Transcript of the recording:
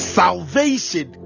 salvation